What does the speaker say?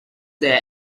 there